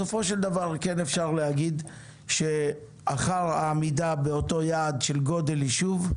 בסופו של דבר כן אפשר להגיד שאחר העמידה באותו יעד של גודל יישוב,